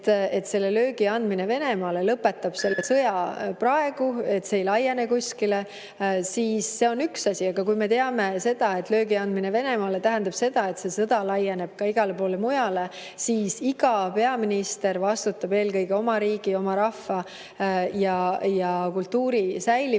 et selle löögi andmine Venemaale lõpetab selle sõja praegu, see ei laiene kuskile, siis see on üks asi. Aga kui me teame, et löögi andmine Venemaale tähendab seda, et see sõda laieneb ka igale poole mujale, siis iga peaminister vastutab eelkõige oma riigi, oma rahva ja kultuuri säilimise